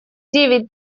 девять